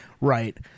Right